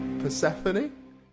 Persephone